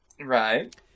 Right